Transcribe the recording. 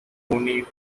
tony